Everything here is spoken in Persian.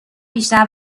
بیشتر